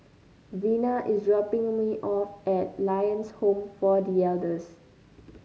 Vena is dropping me off at Lions Home for The Elders